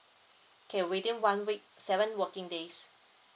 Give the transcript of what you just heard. okay within one week seven working days